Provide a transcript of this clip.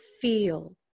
feel